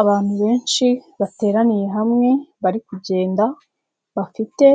Abantu benshi bateraniye hamwe bari kugenda bafite